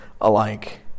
alike